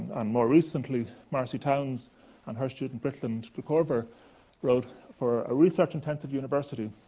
and more recently, marcy towns and her student brittland de korver wrote, for a research-intensive university,